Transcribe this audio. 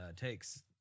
takes